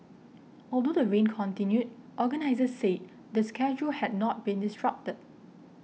although the rain continued organisers said the schedule had not been disrupted